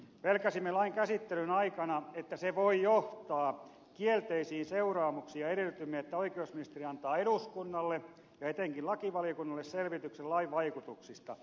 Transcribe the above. pelkäsimme lain käsittelyn aikana että se voi johtaa kielteisiin seuraamuksiin ja edellytimme että oikeusministeri antaa eduskunnalle ja etenkin lakivaliokunnalle selvityksen lain vaikutuksista